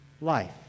life